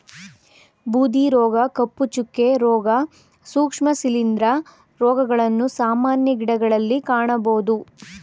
ಬೂದಿ ರೋಗ, ಕಪ್ಪು ಚುಕ್ಕೆ, ರೋಗ, ಸೂಕ್ಷ್ಮ ಶಿಲಿಂದ್ರ ರೋಗಗಳನ್ನು ಸಾಮಾನ್ಯ ಗಿಡಗಳಲ್ಲಿ ಕಾಣಬೋದು